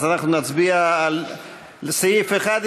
אז אנחנו נצביע על הסתייגות לסעיף 1,